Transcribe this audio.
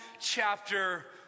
chapter